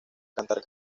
cantar